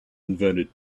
invented